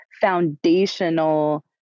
foundational